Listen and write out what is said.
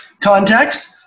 context